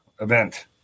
event